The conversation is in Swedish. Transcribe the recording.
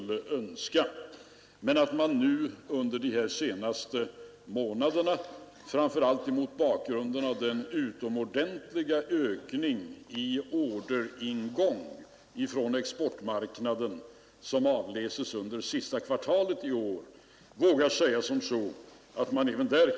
Man kanske dock vågar säga att man även för denna sektor under de senaste månaderna, framför allt mot bakgrunden av den starka ökning i orderingång från exportmarknaden som avläses under sista kvartalet i år, kan räkna med en volymmässig investeringsökning.